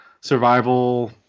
survival